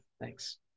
Thanks